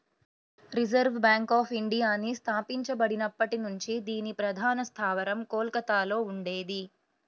reserve Bank of ఇండియాని స్థాపించబడినప్పటి నుంచి దీని ప్రధాన స్థావరం కోల్కతలో ఉండేది